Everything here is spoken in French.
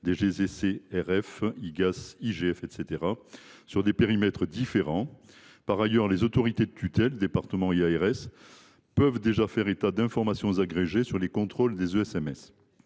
des finances (IGF), etc. –, sur des périmètres différents. Par ailleurs, les autorités de tutelle – départements et ARS – peuvent déjà faire état d’informations agrégées sur les contrôles des ESMS.